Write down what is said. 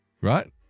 Right